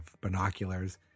binoculars